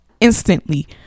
instantly